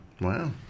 Wow